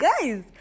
guys